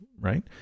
Right